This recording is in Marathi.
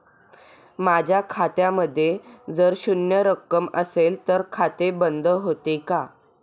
माझ्या खात्यामध्ये जर शून्य रक्कम असेल तर खाते बंद होते का?